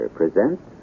presents